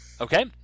Okay